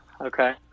Okay